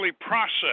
processed